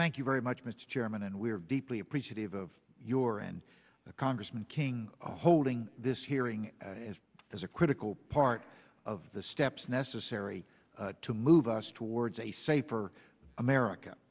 thank you very much mr chairman and we're deeply appreciative of your and congressman king holding this hearing as a critical part of the steps necessary to move us towards a safer america